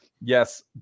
Yes